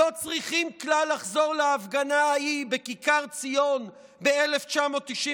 לא צריכים כלל לחזור להפגנה ההיא בכיכר ציון ב-1995,